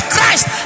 Christ